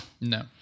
No